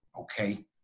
Okay